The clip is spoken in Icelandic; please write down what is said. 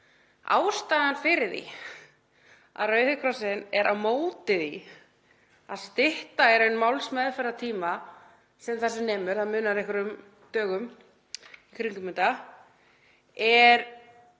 Ástæðan fyrir því að Rauði krossinn er á móti því að stytta málsmeðferðartíma sem þessu nemur — það munar einhverjum dögum í kringum þetta —